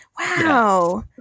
wow